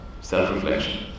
self-reflection